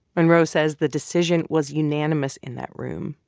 monroe says the decision was unanimous in that room.